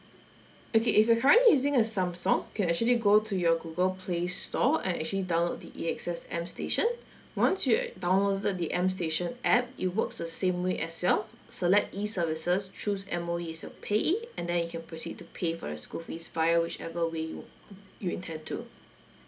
okay if you're currently using a samsung can actually go to your google play store and actually download the A_X_S M station once you'd downloaded the M station app it works the same way as well select E services choose M_O_E as your payee and then you can proceed to pay for the school fees via whichever way you intend to